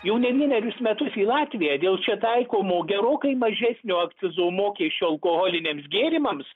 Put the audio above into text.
jau ne vienerius metus į latviją dėl čia taikomo gerokai mažesnio akcizo mokesčio alkoholiniams gėrimams